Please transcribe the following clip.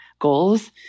goals